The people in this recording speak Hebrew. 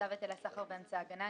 לחוק היטלי סחר ואמצעי הגנה,